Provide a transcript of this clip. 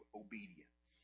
obedience